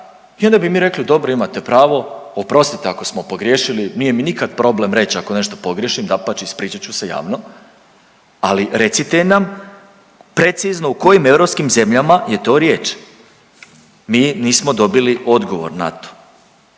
i onda bi mi rekli dobro imate pravo, oprostite ako samo pogriješili, nije mi nikada problem reći ako nešto pogriješim, dapače ispričat ću se javno, ali recite nam precizno u kojim europskim zemljama je to riječ. Mi nismo dobili odgovor na to.